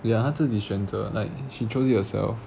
ya 她自己选择 like she chose it herself